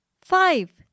five